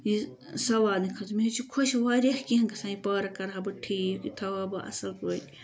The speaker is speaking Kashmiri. یہِ سنوارنہٕ خٲطرٕ مےٚ حظ چھِ خۄش واریاہ کیٚنٛہہ گَژھان یہِ پارک کَرہا بہٕ ٹھیٖک یہِ تھاوہا بہٕ اصل پٲٹھۍ